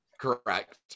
correct